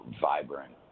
vibrant